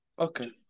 Okay